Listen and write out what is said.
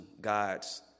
God's